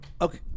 Okay